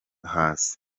hasi